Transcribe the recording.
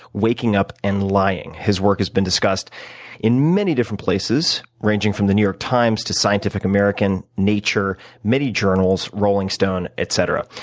waking up, and lying. his work has been discussed in many different places, ranging from the new york times to scientific american, nature, many journals, rolling stone, etc.